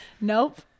Nope